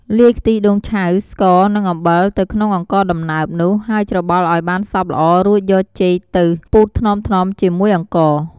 លាយខ្ទិះដូងឆៅ ស្ករនិងអំបិលទៅក្នុងអង្ករដំណើបនោះ ហើយច្របល់ឱ្យបានសព្វល្អរួចយកចេកទៅពូតថ្នមៗជាមួយអង្ករ។